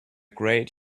great